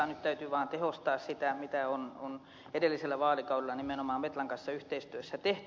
nyt täytyy vaan tehostaa sitä mitä on edellisellä vaalikaudella nimenomaan metlan kanssa yhteistyössä tehty